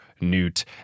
Newt